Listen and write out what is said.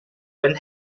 when